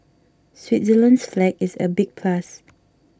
Switzerland's flag is a big plus